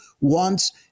wants